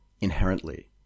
inherently